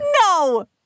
No